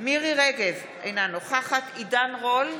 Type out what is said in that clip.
מירי מרים רגב, אינה נוכחת עידן רול,